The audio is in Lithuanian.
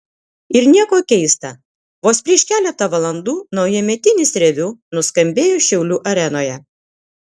ir nieko keista vos prieš keletą valandų naujametinis reviu nuskambėjo šiaulių arenoje